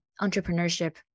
entrepreneurship